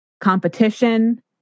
competition